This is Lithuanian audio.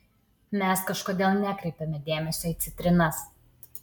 mes kažkodėl nekreipiame dėmesio į citrinas